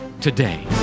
today